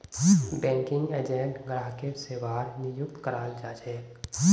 banking agent ग्राहकेर सेवार नियुक्त कराल जा छेक